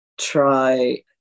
try